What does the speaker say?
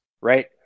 Right